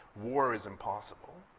war is impossible.